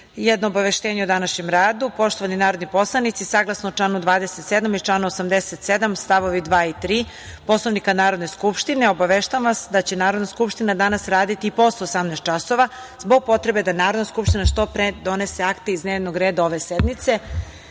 jedno obaveštenje o današnjem radu. Poštovani narodni poslanici, saglasno članu 27. i članu 87. stavovi 2. i 3. Poslovnika Narodne skupštine, obaveštavam vas da će Narodna skupština danas raditi i posle 18.00 časova zbog potrebe da Narodna skupština što pre donese akte iz dnevnog reda ove sednice. Reč